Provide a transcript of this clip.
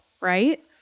right